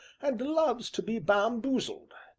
and loves to be bamboozled.